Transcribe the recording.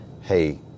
hey